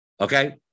Okay